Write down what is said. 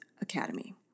Academy